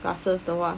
glasses the [what]